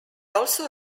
also